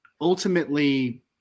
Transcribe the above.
ultimately